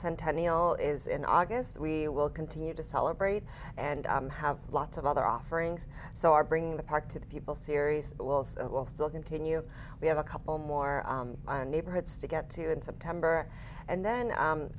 centennial is in august we will continue to celebrate and have lots of other offerings so our bringing the park to the people series will still continue we have a couple more neighborhoods to get to in september and then